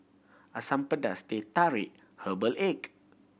Asam Pedas Teh Tarik herbal egg